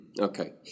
Okay